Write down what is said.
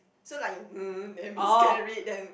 so like you that means can read them